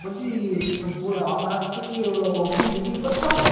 বলছি আপনাকে কি অগ্রিম বুকিং করতে হয়